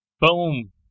Boom